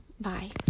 bye